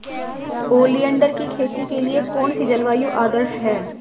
Oleander की खेती के लिए कौन सी जलवायु आदर्श है?